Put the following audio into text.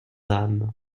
âmes